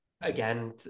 again